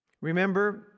Remember